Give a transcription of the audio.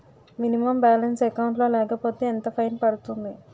Minimum balance account లో లేకపోతే ఎంత ఫైన్ పడుతుంది?